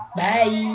bye